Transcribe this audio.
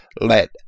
let